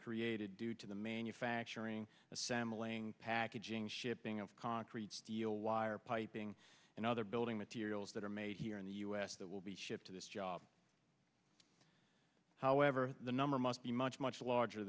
created due to the manufacturing assembling packaging shipping of concrete steel wire piping and other building materials that are made here in the us that will be shipped to this job however the number must be much much larger